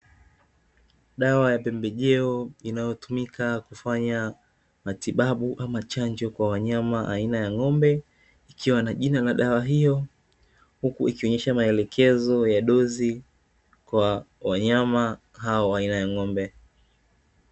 Dawa ya pembejeo inayotumika kufanya matibabu ama chanjo kwa wanyama aina ya ng'ombe, ikiwa na jina la dawa hiyo huku ikionyesha maelekezo ya dozi kwa wanyama hao aina ya ng'ombe.